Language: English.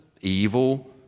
evil